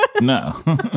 No